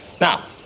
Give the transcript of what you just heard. Now